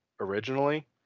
originally